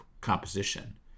composition